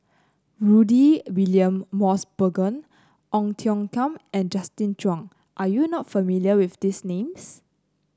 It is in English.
Rudy William Mosbergen Ong Tiong Khiam and Justin Zhuang are you not familiar with these names